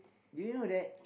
do you know that